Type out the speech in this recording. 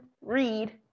read